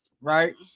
Right